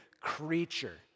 creature